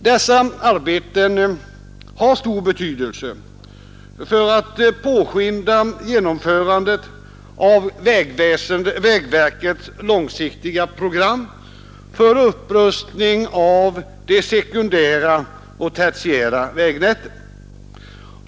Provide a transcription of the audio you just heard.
Dessa arbeten har stor betydelse för att påskynda genomförandet av vägverkets långsiktiga program för upprustning av det sekundära och tertiära vägnätet.